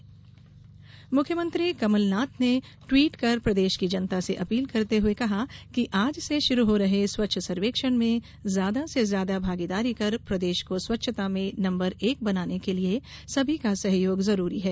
मुख्यमंत्री अपील मुख्यमंत्री कमलनाथ ने ट्वीट कर प्रदेश की जनता से अपील करते हुए कहा कि आज से शुरू हो रहे स्वच्छ सर्वेक्षण में ज्यादा से ज्यादा भागीदारी कर प्रदेश को स्वच्छता में नंबर एक बनाने के लिए सभी का सहयोग जरूरी है